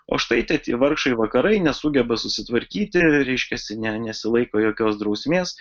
o štai tie tie vargšai vakarai nesugeba susitvarkyti reiškiasi ne nesilaiko jokios drausmės